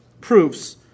proofs